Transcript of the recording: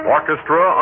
Orchestra